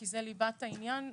כי זאת ליבת העניין.